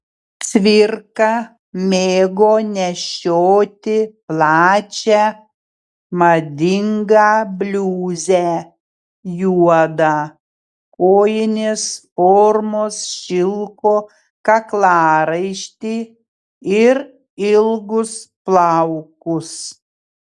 cvirka mėgo nešioti plačią madingą bliuzę juodą kojinės formos šilko kaklaraištį ir ilgus plaukus